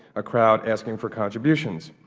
a crowd asking for contributions.